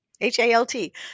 H-A-L-T